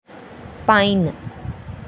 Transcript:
pine